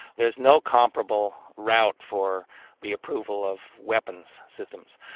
there's no comparable route for the approval of weapons systems,